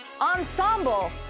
ensemble